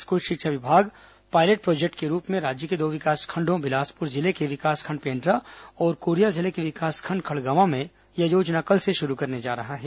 school शिक्षा विभाग pilot project के रूप में राज्य के दो विकासखण्डों बिलासपुर जिले के विकासखण्ड पेण्ड्रा और कोरिया जिले के विकासखण्ड खड़गवां में यह योजना कल से शुरू करने जा रहा है